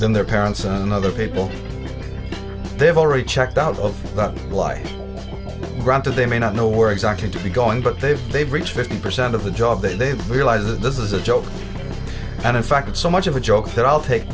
than their parents and other people they've already checked out of that life granted they may not know where exactly to be going but they've they've reached fifty percent of the job that they've realised that this is a joke and in fact it's so much of a joke that i'll take